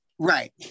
Right